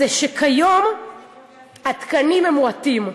זה שכיום התקנים הם מועטים,